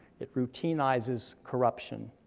it routinizes corruption,